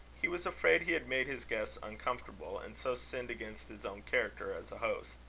he was afraid he had made his guests uncomfortable, and so sinned against his own character as a host.